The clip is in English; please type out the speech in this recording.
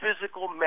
physical